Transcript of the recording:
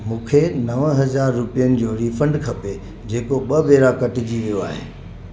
मूंखे नव हज़ार रुपयनि जो रीफंड खपे जेको ॿ भेरा कटिजी वियो आहे